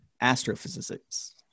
Astrophysics